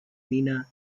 nina